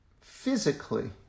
physically